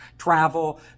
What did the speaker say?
travel